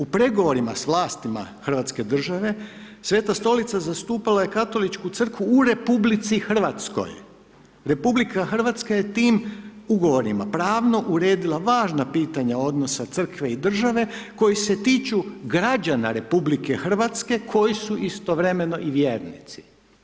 U pregovorima s vlastima Hrvatske države, Sveta Stolica, zastupila je Katoličku crkvu u RH, RH, je tim ugovorima pravno uredila važna pitanja odnosa crkve i države koje se tiču građana RH, koji su istovremeno i vjernici.